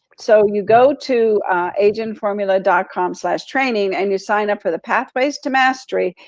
so you go to agentformula dot com slash training and you sign up for the pathways to mastery.